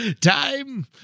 Time